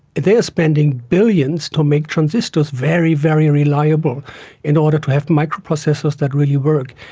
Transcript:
they are spending billions to make transistors very, very reliable in order to have microprocessors that really work.